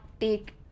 take